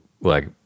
like-